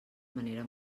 manera